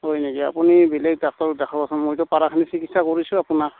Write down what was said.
হয় নেকি আপুনি বেলেগ ডাক্টৰক দেখাবচোন মইতো পৰাখিনি চিকিৎসা কৰিছোঁ আপোনাক